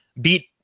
beat